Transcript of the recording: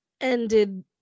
ended